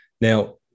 Now